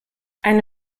eine